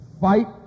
fight